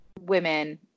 women